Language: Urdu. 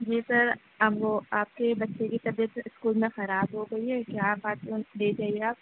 جی سر آپ وہ آپ کے بچے کی طبیعت اسکول میں خراب ہو گئی ہے اس لیے آپ آ کے اسے لے جائیے آپ